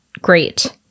great